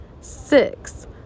Six